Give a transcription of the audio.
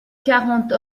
quarante